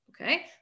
Okay